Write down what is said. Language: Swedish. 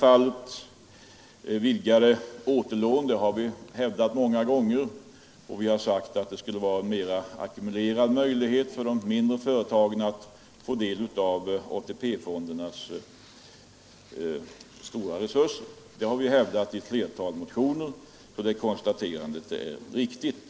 Behovet av vidgade återlån har vi hävdat många gånger, och vi har sagt att det borde finnas en mera ackumulerad möjlighet för de mindre företagen att få del av ATP-fondernas stora resurser. Detta har vi hävdat i ett flertal motioner, det konstaterandet är helt riktigt.